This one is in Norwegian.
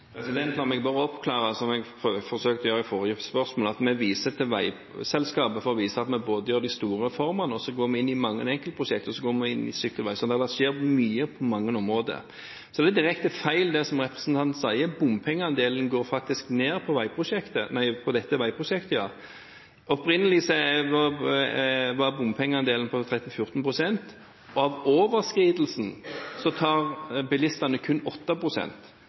La meg bare oppklare, som jeg forsøkte å gjøre i forrige spørsmål, at vi viser til Veiselskapet for å vise at vi både gjør de store reformene og går inn i mange enkeltprosjekter, også i sykkelveiutbygging. Så det har skjedd mye på mange områder. Det er direkte feil, det som representanten sier – bompengeandelen går faktisk ned for dette veiprosjektet. Opprinnelig var bompengeandelen på 13–14 pst. Av overskridelsen tar bilistene kun 8 pst. Når man øker et prosjekt og